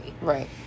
right